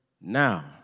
now